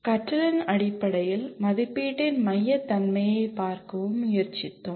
கற்றலின் அடிப்படையில் மதிப்பீட்டின் மையத்தன்மையைப் பார்க்கவும் முயற்சித்தோம்